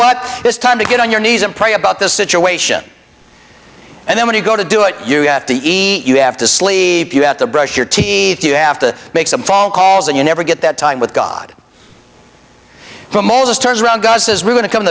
what it's time to get on your knees and pray about this situation and then when you go to do it you have to eat you have to sleep you have to brush your teeth you have to make some phone calls and you never get that time with god to moses turns around gus's we're going to come